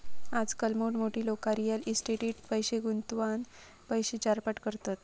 आजकाल मोठमोठी लोका रियल इस्टेटीट पैशे गुंतवान पैशे चारपट करतत